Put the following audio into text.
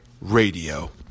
Radio